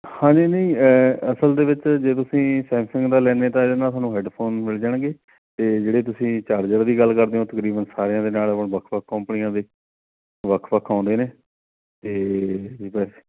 ਹਾਂਜੀ ਨਹੀਂ ਅਸਲ ਦੇ ਵਿੱਚ ਜੇ ਤੁਸੀਂ ਸੈਮਸੰਗ ਦਾ ਲੈਂਦੇ ਤਾਂ ਇਹਦੇ ਨਾਲ ਤੁਹਾਨੂੰ ਹੈਡਫੋਨ ਮਿਲ ਜਾਣਗੇ ਅਤੇ ਜਿਹੜੇ ਤੁਸੀਂ ਚਾਰਜਰ ਦੀ ਗੱਲ ਕਰਦੇ ਹੋ ਤਕਰੀਬਨ ਸਾਰਿਆਂ ਦੇ ਨਾਲ ਵੱਖ ਵੱਖ ਕੰਪਨੀਆਂ ਦੇ ਵੱਖ ਵੱਖ ਆਉਂਦੇ ਨੇ ਅਤੇ